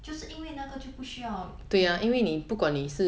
就是因为那个就不需要